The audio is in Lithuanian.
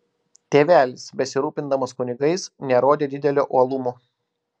tėvelis besirūpindamas kunigais nerodė didelio uolumo